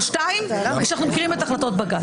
שניים ושאנחנו מכירים את החלטות בג"צ.